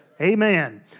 Amen